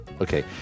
Okay